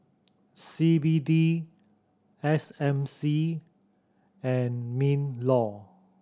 C B D S M C and MinLaw